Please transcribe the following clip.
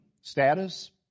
status